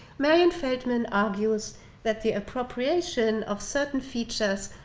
marian feldman argues that the appropriation of certain features,